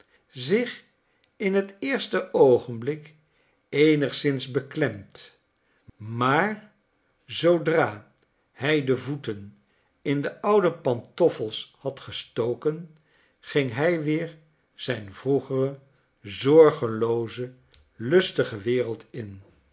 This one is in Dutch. zich in het eerste oogenblik eenigszins beklemd maar zoodra hij de voeten in de oude pantoffels had gestoken ging hij weer zijn vroegere zorgelooze lustige wereld in